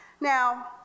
Now